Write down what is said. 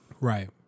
right